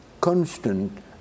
constant